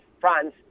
France